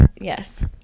yes